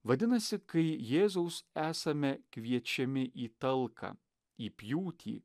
vadinasi kai jėzaus esame kviečiami į talką į pjūtį